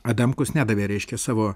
adamkus nedavė reiškia savo